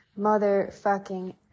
motherfucking